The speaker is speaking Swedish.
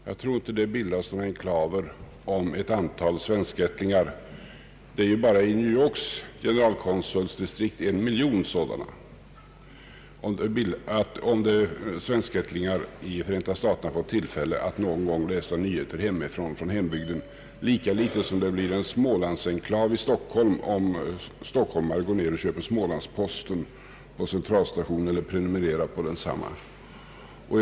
Jag tror inte att det bildas några enklaver om ett antal svenskättlingar i Förenta staterna — enbart i New Yorks generalkonsulsdistrikt finns en miljon sådana får tillfälle att någon gång läsa nyheter från sin hembygd, lika litet som det bildas en Smålandsenklav i Stockholm om stockholmare köper Smålandsposten på Centralstationen eller prenumererar på den tidningen.